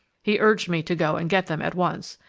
he urged me to go and get them at once,